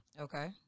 Okay